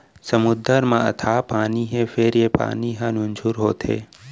समुद्दर म अथाह पानी हे फेर ए पानी ह नुनझुर होथे